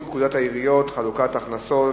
(חלוקת הכנסות),